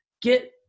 get